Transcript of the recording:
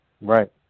Right